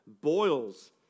Boils